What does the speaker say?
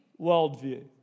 worldview